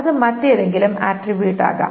അത് മറ്റേതെങ്കിലും ആട്രിബ്യൂട്ട് ആകാം